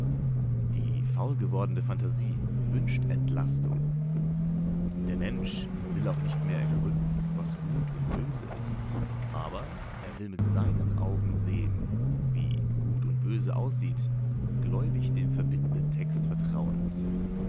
die faul gewordene phantasie wünscht entlastung der mensch will auch nicht mehr ergründen was gut und böse ist aber er will mit seinen augen sehen wie gut und böse aussieht gläubig dem verbindenden text vertrauend